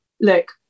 look